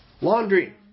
Laundry